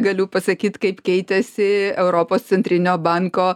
galiu pasakyt kaip keitėsi europos centrinio banko